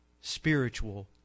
spiritual